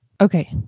okay